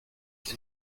que